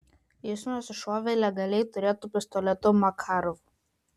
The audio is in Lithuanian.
jis nusišovė legaliai turėtu pistoletu makarov